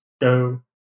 go